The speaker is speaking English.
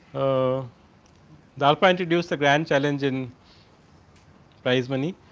a darpa introduce the grand challenge in prize money.